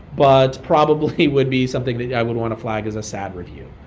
but probably would be something that i would want to flag as a sad review.